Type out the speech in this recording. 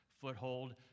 foothold